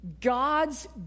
God's